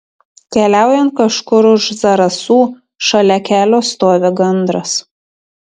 keliaujant kažkur už zarasų šalia kelio stovi gandras